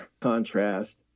contrast